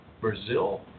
Brazil